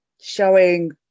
showing